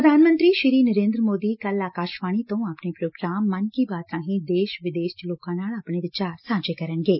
ਪ੍ਰਧਾਨ ਮੰਤਰੀ ਨਰੇਂਦਰ ਮੋਦੀ ਕੱਲ੍ਨ ਆਕਾਸ਼ਵਾਣੀ ਤੋਂ ਆਪਣੇ ਪ੍ਰੋਗਰਾਮ ਮਨ ਕੀ ਬਾਤ ਰਾਹੀਂ ਦੇਸ਼ ਵਿਦੇਸ਼ ਚ ਲੋਕਾਂ ਨਾਲ ਆਪਣੇ ਵਿਚਾਰ ਸਾਂਝੇ ਕਰਨਗੇ